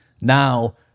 now